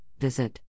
visit